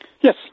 Yes